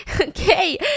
okay